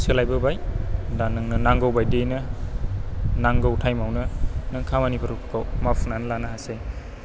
सोलायबोबाय दा नोंनो नांगौ बायदियैनो नांगौ टाइमावनो नों खामानिफोरखौ मावफुंनानै लानो हासै